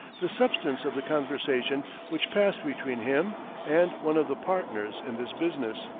the substance of the conversation which passed between him and one of the partners in this business.